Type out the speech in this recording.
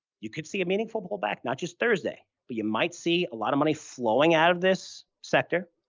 you could see a meaningful pullback, not just thursday, but you might see a lot of money flowing out of this sector.